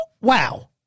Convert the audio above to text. Wow